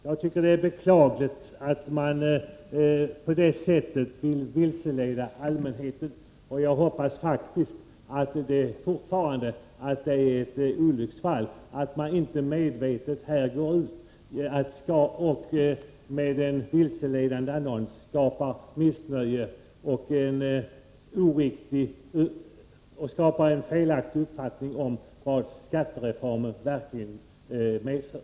Jag tycker att det är beklagligt att man på det sättet vill vilseleda allmänheten, och jag hoppas faktiskt fortfarande att det är ett olycksfall och att man inte medvetet går ut med en vilseledande annons och skapar missnöje och en felaktig uppfattning om vad skattereformen verkligen medför.